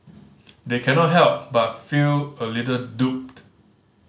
they cannot help but feel a little duped